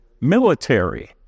Military